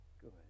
good